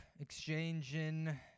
Exchanging